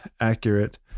accurate